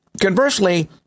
Conversely